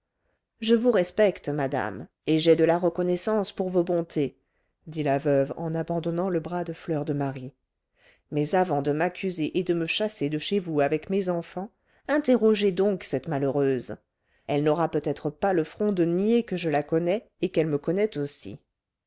je vous respecte madame et j'ai de la reconnaissance pour vos bontés dit la veuve en abandonnant le bras de fleur de marie mais avant de m'accuser et de me chasser de chez vous avec mes enfants interrogez donc cette malheureuse elle n'aura peut-être pas le front de nier que je la connais et qu'elle me connaît aussi